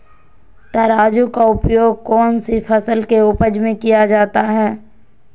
तराजू का उपयोग कौन सी फसल के उपज में किया जाता है?